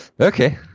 Okay